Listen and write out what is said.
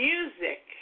Music